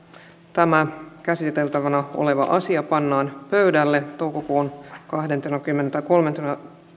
tämä käsiteltävänä oleva asia pannaan pöydälle toukokuun kahdentenakymmenentenäkolmantena